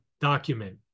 document